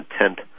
intent